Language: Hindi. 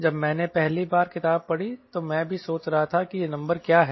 जब मैंने पहली बार किताब पढ़ी तो मैं भी सोच रहा था कि यह नंबर क्या है